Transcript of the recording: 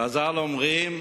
חז"ל אומרים: